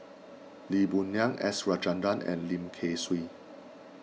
Lee Boon Ngan S Rajendran and Lim Kay Siu